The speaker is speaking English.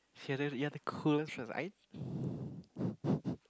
see you are the you have the coolest friends I